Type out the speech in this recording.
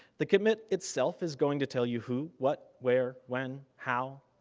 the commit itself is going to tell you who, what, where, when, how,